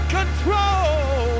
control